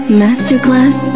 masterclass